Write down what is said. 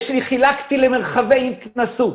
חילקתי למרחבי התכנסות,